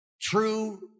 true